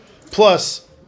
plus